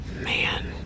Man